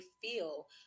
feel